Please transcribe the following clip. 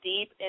deep